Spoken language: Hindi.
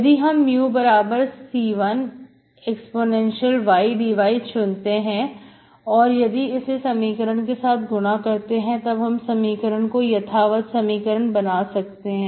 यदि हम μC1ey dy चुनते हैं और यदि इसे समीकरण के साथ गुणा करते हैं तब हम समीकरण को यथावत समीकरण बना सकते हैं